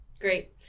Great